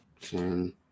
ten